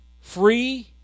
Free